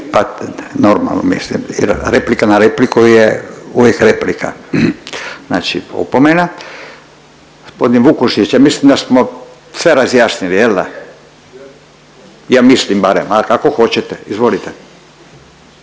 da. Normalno mislim jer replika na repliku je uvijek replika. Znači opomena. Gospodin Vukušić ja mislim da smo sve razjasnili jel da, ja mislim barem, a kako hoćete. Izvolite.